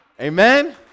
amen